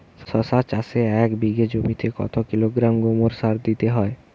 শশা চাষে এক বিঘে জমিতে কত কিলোগ্রাম গোমোর সার দিতে হয়?